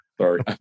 Sorry